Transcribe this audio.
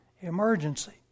emergency